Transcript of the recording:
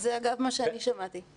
גם אני שמעתי את זה.